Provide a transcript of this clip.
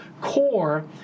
core